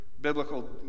biblical